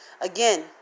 Again